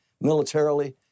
militarily